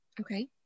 Okay